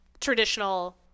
traditional